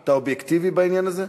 אתה אובייקטיבי בעניין הזה?